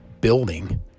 building